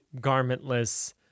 garmentless